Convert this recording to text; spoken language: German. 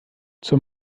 zur